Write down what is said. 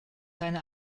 seine